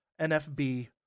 NFB